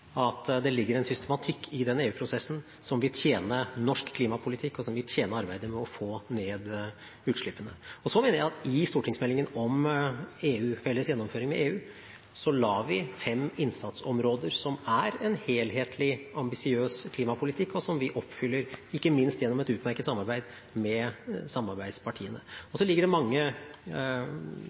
at det ligger en systematikk i den EU-prosessen, som vil tjene norsk klimapolitikk, og som vil tjene arbeidet med å få ned utslippene. Jeg mener at i stortingsmeldingen om felles gjennomføring med EU la vi inn fem innsatsområder, som er en helhetlig, ambisiøs klimapolitikk, og som vi oppfyller ikke minst gjennom et utmerket samarbeid med samarbeidspartiene. Så ligger det mange